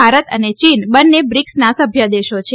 ભારત અને ચીન બંને બ્રિક્સના સભ્ય દેશો છે